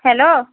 hello